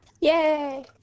Yay